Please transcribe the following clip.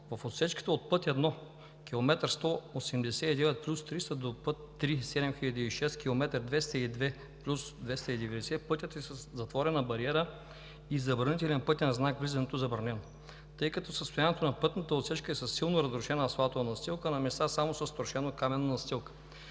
В отсечката от път 1-7 км 189+300 до път III 7006 км 202+290 пътят е затворен с бариера и забранителен пътен знак „влизането забранено“, тъй като състоянието на пътната отсечка е със силно разрушена асфалтова настилка, а на места само с трошенокаменна настилка.